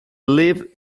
lived